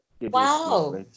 Wow